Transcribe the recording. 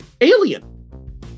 Alien